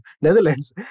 Netherlands